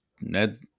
Ned